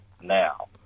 now